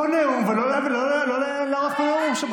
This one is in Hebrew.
לא להרוס את הנאום של,